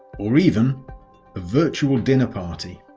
or even a virtual dinner party.